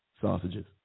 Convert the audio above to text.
sausages